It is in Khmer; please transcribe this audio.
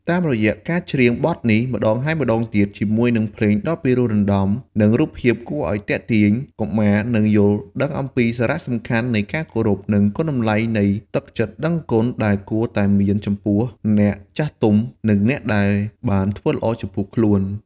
តាមរយៈការច្រៀងបទនេះម្តងហើយម្តងទៀត ជាមួយនឹងភ្លេងដ៏ពិរោះរណ្ដំ និងរូបភាពគួរឲ្យទាក់ទាញ កុមារនឹងយល់ដឹងពីសារៈសំខាន់នៃការគោរព និងគុណតម្លៃនៃទឹកចិត្តដឹងគុណដែលគួរតែមានចំពោះអ្នកចាស់ទុំ និងអ្នកដែលបានធ្វើល្អចំពោះខ្លួន។